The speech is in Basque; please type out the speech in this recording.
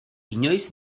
inoiz